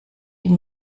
die